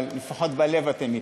אבל לפחות בלב אתם אתי.